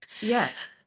Yes